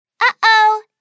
Uh-oh